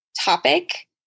topic